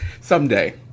someday